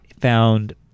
found